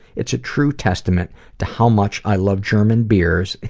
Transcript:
it's a true testament to how much i love german beers,